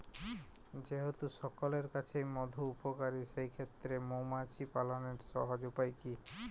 যেহেতু সকলের কাছেই মধু উপকারী সেই ক্ষেত্রে মৌমাছি পালনের সহজ উপায় কি?